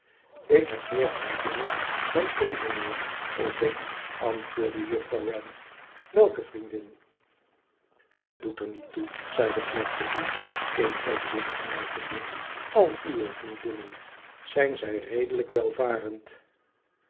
ik heb meer vriendinnen dan één mijnheer hoop ik antwoordde juffrouw wren i welke vriendin het doet er niet toe zei fledgeby één oog dichtknijpende i al uwe vriendinnen zijn zij redelijk welvarend